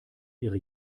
ihre